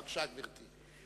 בבקשה, גברתי.